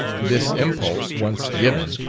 this impulse once given,